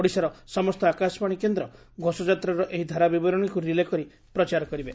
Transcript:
ଓଡ଼ିଶାର ସମସ୍ତ ଆକାଶବାଶୀ କେନ୍ଦ ଘୋଷଯାତ୍ରାର ଏହି ଧାରାବିବରଶୀକୁ ରିଲେ କରି ପ୍ରଚାର କରିବେ